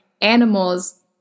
animals